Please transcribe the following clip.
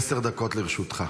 עשר דקות לרשותך.